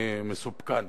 מסופקני.